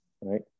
right